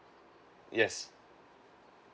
yes